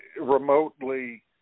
remotely